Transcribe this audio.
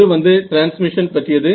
இது வந்து டிரான்ஸ்மிஷன் பற்றியது